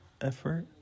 effort